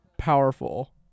powerful